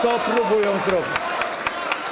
To próbują zrobić.